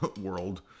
world